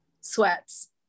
Sweats